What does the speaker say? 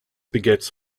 begets